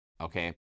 okay